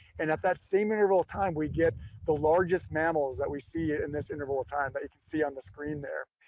and at that same interval time, we get the largest mammals that we see in and this interval of time, that you can see on the screen there.